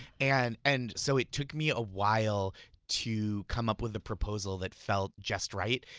and and so it took me a while to come up with a proposal that felt just right,